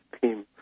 team